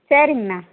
சரிங்ணா